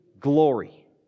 glory